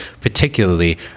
particularly